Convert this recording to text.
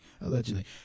allegedly